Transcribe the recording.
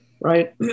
Right